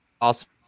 awesome